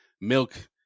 milk